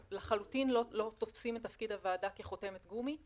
אנחנו לחלוטין לא תופסים את תפקיד הוועדה כחותמת גומי.